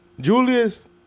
Julius